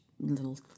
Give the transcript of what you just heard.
little